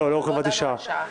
לא קבעתי שעה.